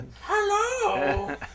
Hello